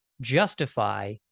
justify